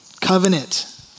Covenant